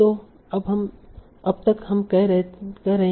जो अब तक हम कह रहे हैं